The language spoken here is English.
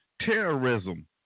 terrorism